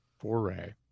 foray